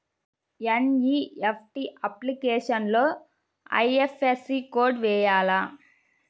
NEFT అప్లికేషన్లో IFSC code వేయాలా?